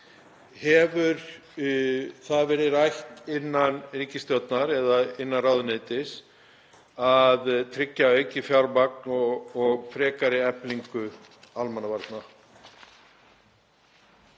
Hefur það verið rætt innan ríkisstjórnar eða ráðuneytis að tryggja aukið fjármagn og frekari eflingu almannavarna?